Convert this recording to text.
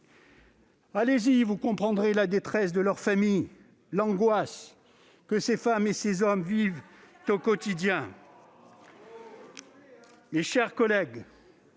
Allez-y, vous comprendrez la détresse de leur famille, l'angoisse que ces femmes et ces hommes vivent au quotidien ! Quel